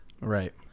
Right